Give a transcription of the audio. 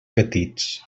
petits